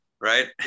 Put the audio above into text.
right